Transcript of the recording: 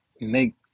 make